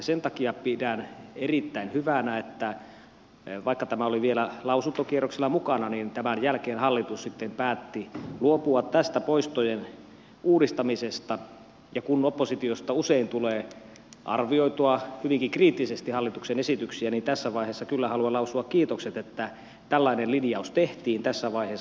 sen takia pidän erittäin hyvänä että vaikka tämä oli vielä lausuntokierroksella mukana niin tämän jälkeen hallitus sitten päätti luopua tästä poistojen uudistamisesta ja kun oppositiosta usein tulee arvioitua hyvinkin kriittisesti hallituksen esityksiä niin tässä vaiheessa kyllä haluan lausua kiitokset että tällainen linjaus tehtiin tässä vaiheessa